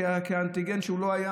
כי כנראה האנטיגן לא היה